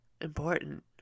important